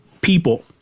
people